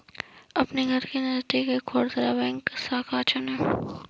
अपने घर के नजदीक एक खुदरा बैंक शाखा चुनें